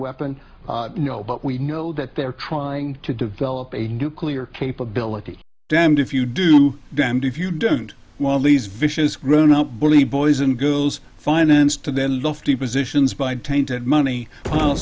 weapon but we know that they're trying to develop a nuclear capability damned if you do damned if you don't while these vicious grown up bully boys and girls finance to their lofty positions by tainted money will